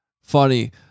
funny